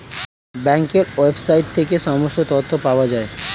ব্যাঙ্কের ওয়েবসাইট থেকে সমস্ত তথ্য পাওয়া যায়